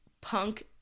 punk